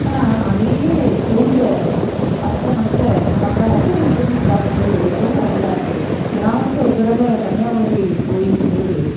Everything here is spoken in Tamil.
ஆனால் அதையே சூரிய அஸ்த்தமனத்தை நம்ம கடற்கரையிலிருந்து பார்க்கும்போது ரொம்ப நல்லாயிருக்கு நான் வந்து ஒருதடவை கன்னியாகுமரி போயிருக்கும்போது